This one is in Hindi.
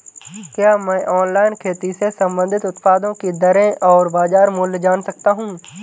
क्या मैं ऑनलाइन खेती से संबंधित उत्पादों की दरें और बाज़ार मूल्य जान सकता हूँ?